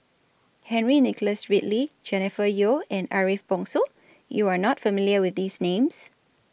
Henry Nicholas Ridley Jennifer Yeo and Ariff Bongso YOU Are not familiar with These Names